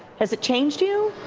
has it changed you?